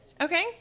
Okay